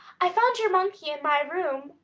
i found your monkey in my room,